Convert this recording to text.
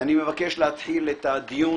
אני מבקש להתחיל את הדיון